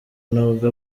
nubwo